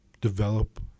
develop